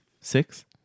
six